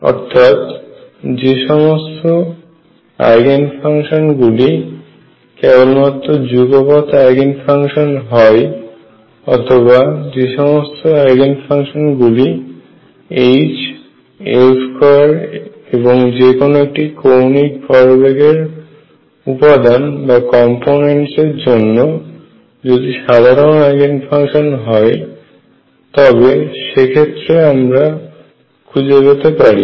অর্থাৎ যে সমস্ত আইগেন ফাংশন গুলি কেবলমাত্র যুগপৎ আইগেন ফাংশন হয় অথবা যে সমস্ত আইগেন ফাংশন গুলি H L2 এবং যেকোনো একটি কৌণিক ভরবেগের উপাদানের জন্য যদি সাধারন আইগেন ফাংশন হয় তবে সে ক্ষেত্রে আমরা খুঁজে পেতে পারি